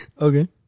Okay